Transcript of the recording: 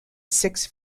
six